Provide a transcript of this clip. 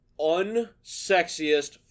unsexiest